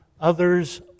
others